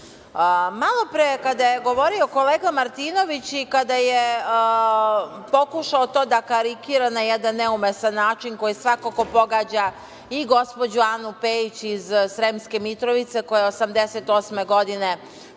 kada je govorio kolega Martinović, i kada je pokušao to da karikira na jedan neumesan način, koji svakako pogađa i gospođu Anu Pejić iz Sremske Mitrovice, koja je 1988. godine